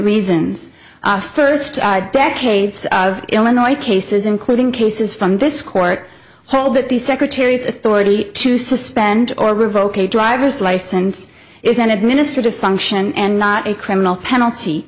reasons first decades of illinois cases including cases from this court hold that the secretary's authority to suspend or revoke a driver's license is an administrative function and not a criminal penalty